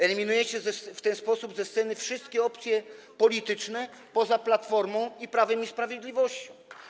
Eliminujecie w ten sposób ze sceny wszystkie opcje polityczne poza Platformą i Prawem i Sprawiedliwością.